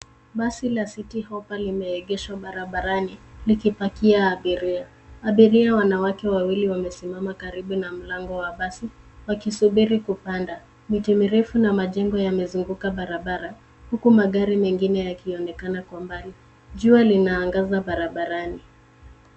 Basi la Citi hoppa limeegeshwa barabarani, likipakia abiria. Abiria wanawake wawili wamesimama karibu na mlango wa basi, wakisubiri kupanda. Miti mirefu na majengo yamezunguka barabara, huku magari mengine yakionekana kwa mbali. Jua linaangaza barabarani.